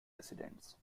residents